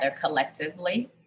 collectively